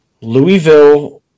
Louisville